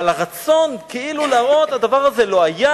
אבל הרצון כאילו להראות שהדבר הזה לא היה,